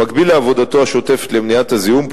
במקביל לעבודתו השוטפת למניעת הזיהום,